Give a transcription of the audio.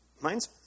mine's